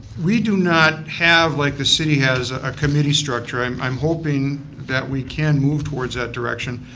we do not have, like the city has, a committee structure. i'm i'm hoping that we can move towards that direction,